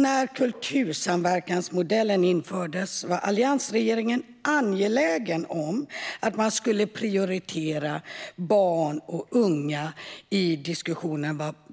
När Kultursamverkansmodellen infördes var alliansregeringen i diskussionen om vart pengarna skulle gå angelägen om att man skulle prioritera barn och unga.